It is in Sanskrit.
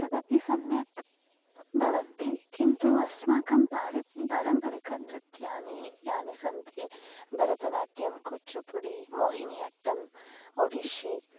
तदपि सम्यक् भवति किन्तु अस्माकं पारम्पारम्परिकनृत्यानि यानि सन्ति भरतनाट्यं कुच्चुपुडि मोहिनी अट्टं ओडिस्सी